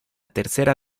tercera